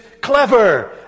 clever